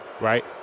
right